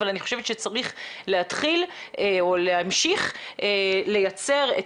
אבל אני חושבת שצריך להמשיך לייצר את